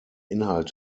inhalt